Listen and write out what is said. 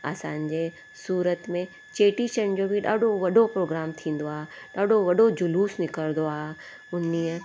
असांजे सूरत में चेटीचंड जो बि ॾाढो वॾो प्रोग्राम थींदो आहे ॾाढो वॾो जुलूसु निकिरंदो आहे हुन ॾींहुं